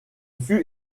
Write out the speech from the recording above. fut